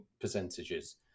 percentages